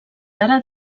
ara